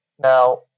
Now